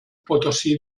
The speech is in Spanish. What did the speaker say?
potosí